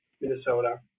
Minnesota